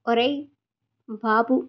ఒరేయ్ బాబు